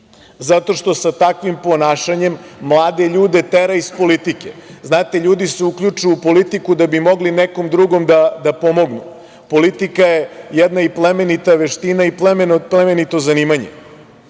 zato što sa takvim ponašanjem mlade ljude tera iz politike. Znate, ljudi se uključuju u politiku da bi mogli nekom drugom da pomognu. Politika je jedna plemenita veština i plemenito zanimanje,